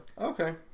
Okay